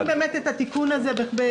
ואתם עושים באמת את התיקון הזה בפקודת